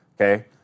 okay